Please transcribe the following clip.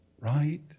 right